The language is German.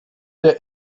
der